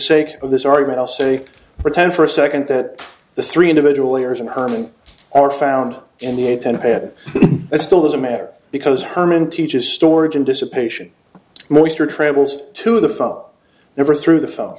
sake of this argument i'll say pretend for a second that the three individual years and herman are found in the eight ten it still doesn't matter because herman teaches storage and dissipation moister travels to the phone number through the phone